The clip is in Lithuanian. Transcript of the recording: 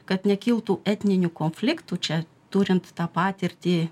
kad nekiltų etninių konfliktų čia turint tą patirtį